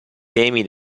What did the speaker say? temi